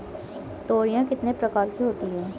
तोरियां कितने प्रकार की होती हैं?